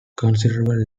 considerable